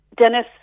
Dennis